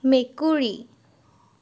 মেকুৰী